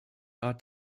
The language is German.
art